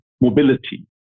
mobility